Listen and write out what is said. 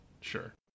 Sure